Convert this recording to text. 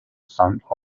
saint